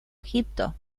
egipto